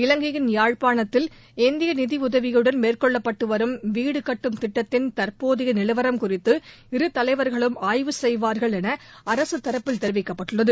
இலங்கையின் யாழ்பாணத்தில் இந்திய நிதி உதவியுடன் மேற்கொள்ளப்பட்டு வரும் வீடு கட்டும் திட்டத்தின் தற்போதைய நிலவரம் குறித்து இரு தலைவர்களும் ஆய்வு செய்வார்கள் என் அரசு தரப்பில் தெரிவிக்கப்பட்டுள்ளது